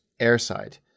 airside